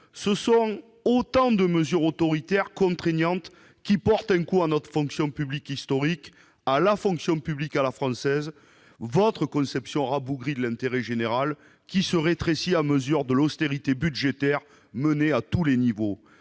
Ce sont autant de mesures autoritaires contraignantes qui portent un coup à notre fonction publique historique, à la fonction publique « à la française ». Vous avez une conception rabougrie de l'intérêt général, qui se rétrécit à mesure que l'austérité budgétaire progresse à tous les niveaux.